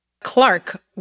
Clark